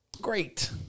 Great